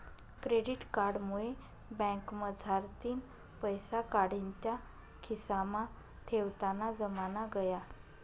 credit card मुये बँकमझारतीन पैसा काढीन त्या खिसामा ठेवताना जमाना गया